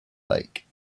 lake